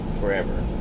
forever